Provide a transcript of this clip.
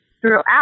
throughout